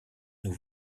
nous